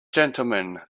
gentlemen